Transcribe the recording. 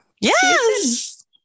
yes